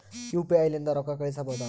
UPI ಲಿಂದ ರೊಕ್ಕ ಕಳಿಸಬಹುದಾ?